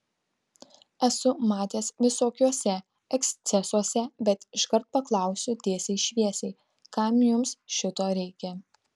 esu matęs visokiuose ekscesuose bet iškart paklausiu tiesiai šviesiai kam jums šito reikia